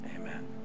amen